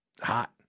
hot